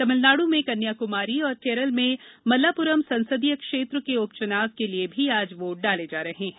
तमिलनाड् में कन्याक्मारी और केरल में मल्लाप्रम संसदीय क्षेत्र के उपचुनाव के लिए भी आज वोट डाले जा रहे हैं